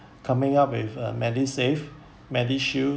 coming up with uh medisave medishield